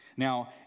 Now